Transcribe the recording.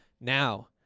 Now